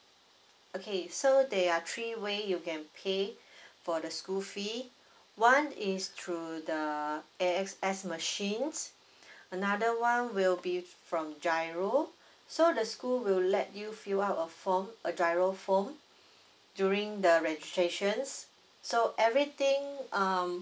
okay so they are three way you can pay for the school fee one is through the A_X_S machines another one will be from G_I_R_O so the school will let you fill up a form a G_I_R_O form during the registrations so everything um